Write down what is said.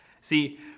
See